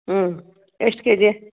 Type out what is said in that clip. ಹ್ಞೂ ಎಷ್ಟು K G